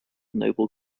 noble